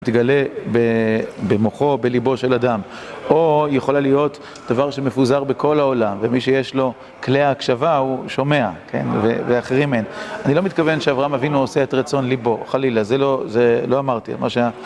תגלה במוחו, בליבו של אדם, או יכולה להיות דבר שמפוזר בכל העולם, ומי שיש לו כלי ההקשבה, הוא שומע, ואחרים אין. אני לא מתכוון שאברהם אבינו עושה את רצון ליבו, חלילה, זה לא אמרתי.